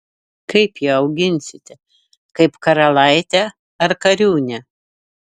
kaip ją auginsite kaip karalaitę ar kariūnę